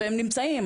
והם נמצאים.